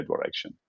direction